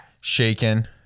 shaken